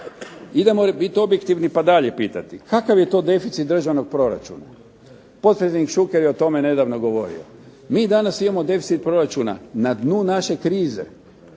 Idemo biti objektivni pa dalje pitati. Kakav je to deficit državnog proračun? Posrednik Šuker je o tome nedavno govorio. Mi danas imamo deficit proračuna na dnu naše krize